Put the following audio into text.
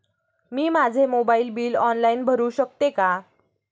मी माझे mobile bill online भरू शकते का?